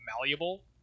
malleable